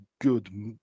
good